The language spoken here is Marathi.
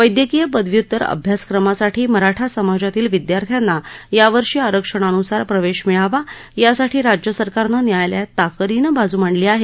वद्यक्रीय पदव्युत्तर अभ्यासक्रमासाठी मराठा समाजातील विद्यार्थ्यांना या वर्षी आरक्षणानुसार प्रवेश मिळावा यासाठी राज्य सरकारनं न्यायालयात ताकदीनं बाजू मांडली आहे